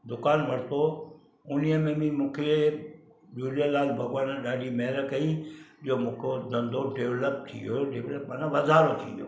दुकानु वरितो उन्हीअ में बि मूंखे झूलेलाल भॻवानु ॾाढी महिर कई ॿियो मौक़ो धंधो ड्वेलप थी वियो ड्वेलप माना वाधारो थी वियो